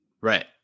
Right